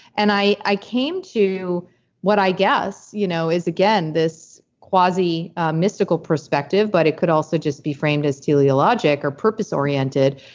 and i i came to what i guess you know is again this quasi mystical perspective, but it could also just be framed as teleologic or purpose oriented,